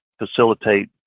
facilitate